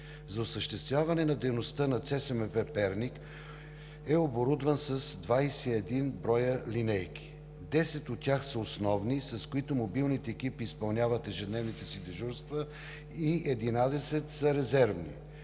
За осъществяване на дейността ЦСМП – Перник, е оборудван с 21 броя линейки: 10 от тях са основни, с които мобилните екипи изпълняват ежедневните си дежурства, и 11 са резервни.